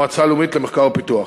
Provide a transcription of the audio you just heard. המועצה הלאומית למחקר ופיתוח.